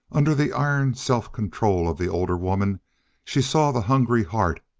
under the iron self-control of the older woman she saw the hungry heart,